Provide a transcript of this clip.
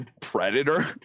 predator